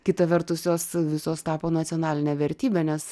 kita vertus jos visos tapo nacionaline vertybe nes